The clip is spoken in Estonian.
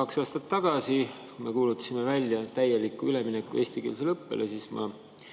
Kaks aastat tagasi me kuulutasime välja täieliku ülemineku eestikeelsele õppele ja siis ma